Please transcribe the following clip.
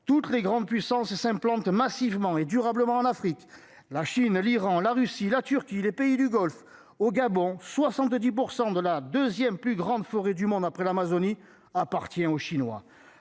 toutes les grandes puissances et s'implante massivement et durablement en Afrique. La Chine, l'Iran, la Russie, la Turquie, les pays du Golfe au Gabon 70% de la 2ème plus grande forêt du monde après l'Amazonie appartient aux chinois